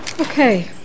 Okay